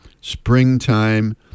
springtime